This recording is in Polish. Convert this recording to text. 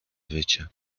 wycie